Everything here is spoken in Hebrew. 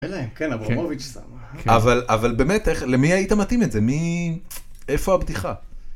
אבל אבל באמת למי היית מתאים את זה מי איפה הבדיחה.